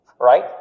right